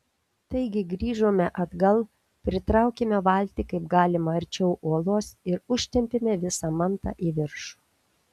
taigi grįžome atgal pritraukėme valtį kaip galima arčiau uolos ir užtempėme visą mantą į viršų